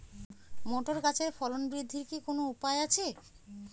Motor গাছের ফলন বৃদ্ধির কি কোনো উপায় আছে?